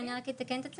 אני רק אתקן את עצמי,